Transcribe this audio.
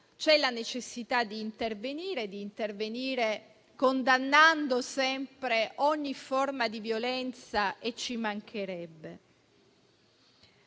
c'è la necessità di intervenire condannando sempre ogni forma di violenza (ci mancherebbe).